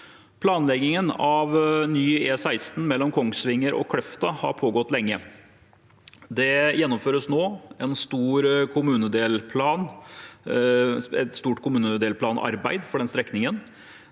Planleggingen av ny E16 mellom Kongsvinger og Kløfta har pågått lenge. Det gjennomføres nå et stort kommunedelplanarbeid for den strekningen, og det er